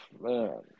man